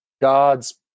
God's